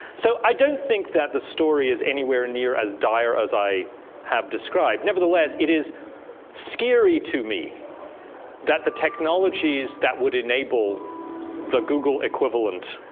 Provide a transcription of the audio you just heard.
so i didn't think that the story is anywhere near as dire as i have described. nevertheless, it is scary to me that the technologies that would enable the google equivalent,